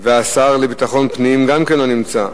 השר לביטחון פנים, גם כן לא נמצא.